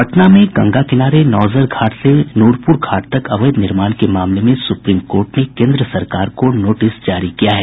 पटना में गंगा किनारे नौजरघाट से नूरपुरघाट तक अवैध निर्माण के मामले में सुप्रीम कोर्ट ने केन्द्र सरकार को नोटिस जारी किया है